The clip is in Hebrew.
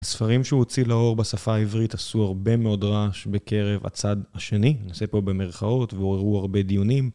ספרים שהוא הוציא לאור בשפה העברית עשו הרבה מאוד רעש בקרב הצד השני. נעשה פה במרכאות והוראו הרבה דיונים.